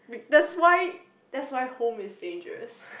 that's why that's why home is dangerous